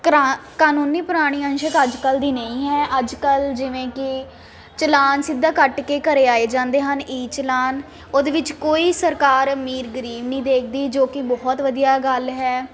ਕਰਾ ਕਾਨੂੰਨੀ ਪੁਰਾਣੀਆਂ ਅੰਸ਼ ਅੱਜ ਕੱਲ੍ਹ ਦੀ ਨਹੀਂ ਹੈ ਅੱਜ ਕੱਲ੍ਹ ਜਿਵੇਂ ਕਿ ਚਲਾਨ ਸਿੱਧਾ ਕੱਟ ਕੇ ਘਰ ਆਏ ਜਾਂਦੇ ਹਨ ਈ ਚਲਾਨ ਉਹਦੇ ਵਿੱਚ ਕੋਈ ਸਰਕਾਰ ਅਮੀਰ ਗਰੀਬ ਨਹੀਂ ਦੇਖਦੀ ਜੋ ਕਿ ਬਹੁਤ ਵਧੀਆ ਗੱਲ ਹੈ